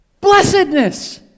Blessedness